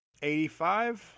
85